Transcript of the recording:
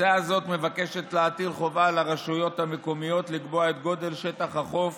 הצעה זו מבקשת להטיל חובה על הרשויות המקומיות לקבוע את גודל שטח החוף